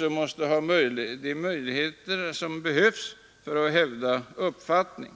även måste ha möjligheter att hävda sin uppfattning.